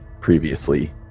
previously